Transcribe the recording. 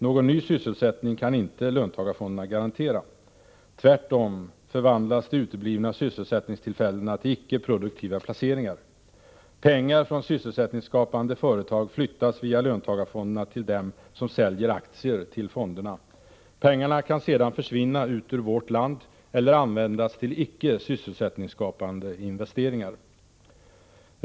Någon ny sysselsättning kan inte löntagarfonderna garantera. Tvärtom förvandlas de uteblivna sysselsättningstillfällena till icke produktiva placeringar. Pengar från sysselsättningsskapande företag flyttas via löntagarfonderna till dem som säljer aktier till fonderna. Pengarna kan sedan försvinna ut ur vårt land eller användas till icke sysselsättningsskapande investeringar.